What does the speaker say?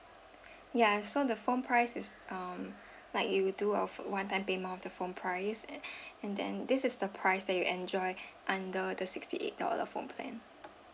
yeah so the phone price is um like you do a one time payment of the phone price and then this is the price that you enjoy under the sixty eight dollar phone plan